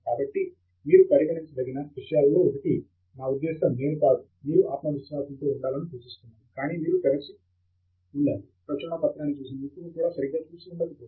కాబట్టి మీరు పరిగణించదగిన విషయాలలో ఒకటి నా ఉద్దేశ్యం నేను కాదు మీరు ఆత్మవిశ్వాసంతో ఉండాలని సూచిస్తున్నారు కానీ మీరు తెరిచి ఉండాలి ప్రచురణ పత్రాన్ని చూసిన నిపుణుడు కూడా సరిగ్గా చూసి ఉండకపోవచ్చు